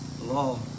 law